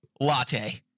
latte